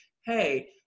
hey